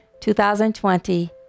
2020